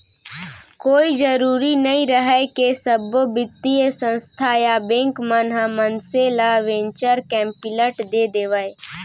कोई जरुरी नइ रहय के सब्बो बित्तीय संस्था या बेंक मन ह मनसे ल वेंचर कैपिलट दे देवय